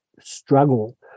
struggle